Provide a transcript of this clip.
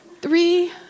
three